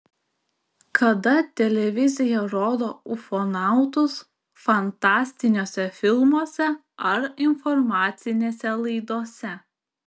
kada televizija rodo ufonautus fantastiniuose filmuose ar informacinėse laidose